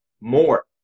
more